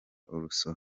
urusobe